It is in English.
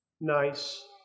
nice